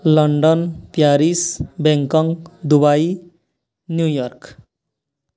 London Paris Bangkok Dubai New York